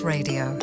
Radio